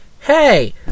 Hey